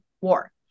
war